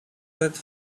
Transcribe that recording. let